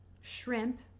shrimp